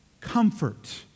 Comfort